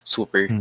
Super